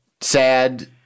sad